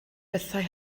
bethau